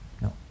No